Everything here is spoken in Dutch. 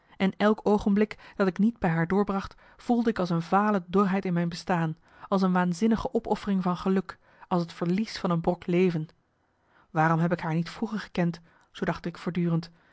en elk oogenblik dat ik niet bij haar doorbracht voelde ik als een vale dorheid in mijn bestaan als een waanzinnige opoffering van geluk als het verlies van een brok leven waarom heb ik haar niet vroeger gekend zoo dacht ik voortdurend